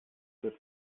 wird